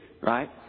right